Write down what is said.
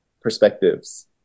perspectives